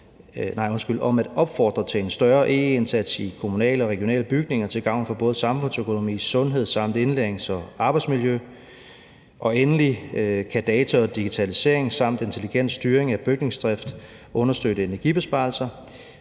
om at opfordre til en større EE-indsats i de kommunale og regionale bygninger til gavn for både samfundsøkonomi, sundhed og indlærings- og arbejdsmiljø – og endelig kan data og digitalisering samt intelligent styring af bygningsdrift understøtte energibesparelser,